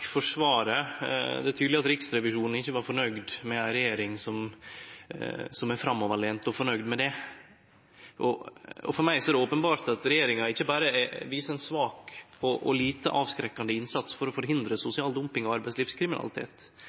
er tydeleg at Riksrevisjonen ikkje er fornøgd med ei regjering som er framoverlent og fornøgd med det. For meg er det openbert at regjeringa ikkje berre viser ein svak og lite avskrekkande innsats for å forhindre sosial dumping og arbeidslivskriminalitet;